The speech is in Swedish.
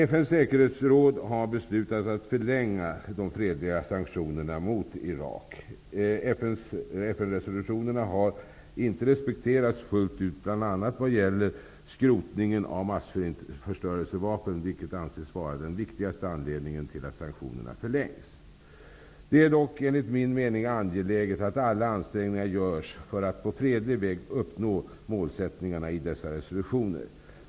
FN:s säkerhetsråd har beslutat att förlänga de fredliga sanktionerna mot Irak. FN-resolutionerna har inte respekterats fullt ut, bl.a. vad gäller skrotningen av massförstörelsevapen, som anses vara den viktigaste anledningen till att sanktionerna förlängs. Det är dock enligt min mening angeläget att alla ansträngningar görs för att på fredlig väg uppnå målsättningarna i dessa resolutioner.